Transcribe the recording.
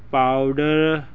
powder